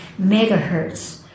megahertz